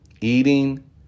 Eating